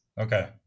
Okay